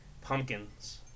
pumpkins